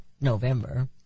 November